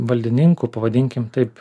valdininkų pavadinkim taip